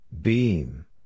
Beam